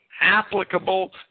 applicable